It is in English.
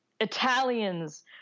Italians